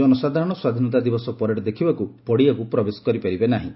ଜନସାଧାରଣ ସ୍ୱାଧୀନତା ଦିବସ ପରେଡ୍ ଦେଖବାକୁ ପଡ଼ିଆକୁ ପ୍ରବେଶ କରିପାରିବେ ନାହିଁ